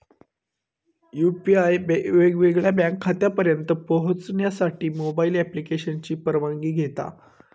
UPI वेगवेगळ्या bank खात्यांपर्यंत पोहचण्यासाठी मोबाईल ॲप्लिकेशनची परवानगी घेता